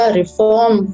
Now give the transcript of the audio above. reform